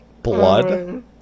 blood